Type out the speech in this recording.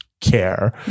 care